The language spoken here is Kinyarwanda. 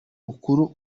rukuru